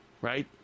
right